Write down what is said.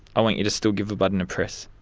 i want you to still give the button a press.